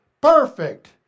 perfect